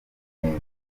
neza